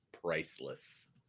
priceless